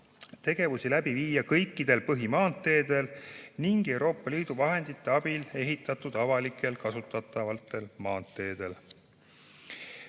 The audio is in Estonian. tegevusi läbi viia kõikidel põhimaanteedel ning Euroopa Liidu vahendite abil ehitatud avalikel kasutatavatel